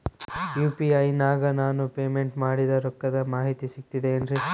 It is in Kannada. ಯು.ಪಿ.ಐ ನಾಗ ನಾನು ಪೇಮೆಂಟ್ ಮಾಡಿದ ರೊಕ್ಕದ ಮಾಹಿತಿ ಸಿಕ್ತದೆ ಏನ್ರಿ?